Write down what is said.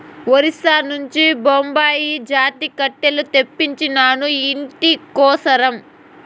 ఒరిస్సా నుంచి బాంబుసా జాతి కట్టెలు తెప్పించినాను, ఇంటి కోసరం